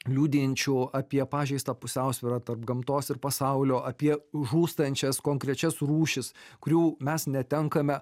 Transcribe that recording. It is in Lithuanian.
liudijančių apie pažeistą pusiausvyrą tarp gamtos ir pasaulio apie žūstančias konkrečias rūšis kurių mes netenkame